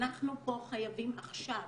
אנחנו פה חייבים עכשיו,